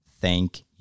thank